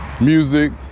music